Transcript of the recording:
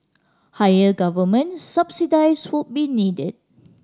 higher government subsidies would be needed